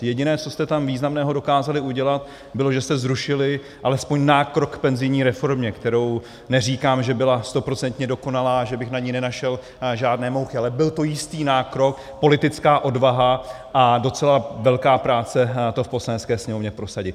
Jediné, co jste tam významného dokázali udělat, bylo, že jste zrušili alespoň nákrok k penzijní reformě, kterou neříkám, že byla stoprocentně dokonalá a že bych na ní nenašel žádné mouchy, ale byl to jistý nákrok, politická odvaha a docela velká práce to v Poslanecké sněmovně prosadit.